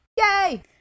Yay